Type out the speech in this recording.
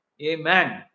Amen